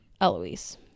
Eloise